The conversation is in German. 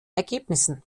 ergebnissen